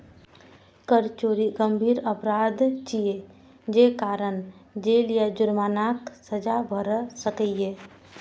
कर चोरी गंभीर अपराध छियै, जे कारण जेल आ जुर्मानाक सजा भए सकैए